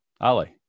Ali